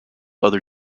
other